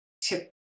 tip